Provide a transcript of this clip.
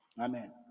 Amen